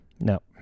no